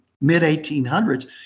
mid-1800s